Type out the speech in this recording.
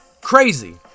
Crazy